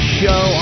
show